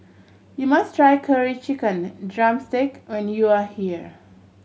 you must try Curry Chicken drumstick when you are here